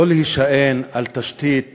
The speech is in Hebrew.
לא שלהישען על תשתית